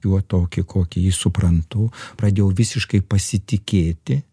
juo tokį kokį jį suprantu pradėjau visiškai pasitikėti